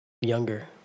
Younger